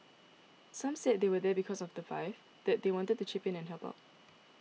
some said they were there because of the five that they wanted to chip in and help out